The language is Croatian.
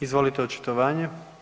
Izvolite očitovanje.